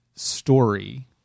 story